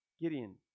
Gideon